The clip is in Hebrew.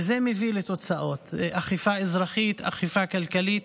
וזה מביא לתוצאות, אכיפה אזרחית, אכיפה כלכלית,